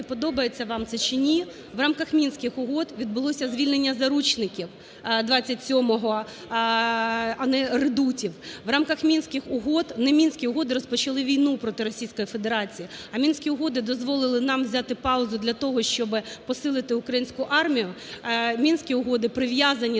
подобається вам це чи ні, в рамках Мінських угод відбулося звільнення заручників 27-го, а не редутів. В рамках Мінських угод... не Мінські угоди розпочали війну проти Російської Федерації, а Мінські угоди дозволили нам взяти паузу для того, щоби посилити українську армію. Мінські угоди прив'язані